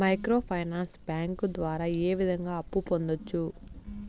micro finance bank ద్వారా ఏ విధంగా అప్పు పొందొచ్చు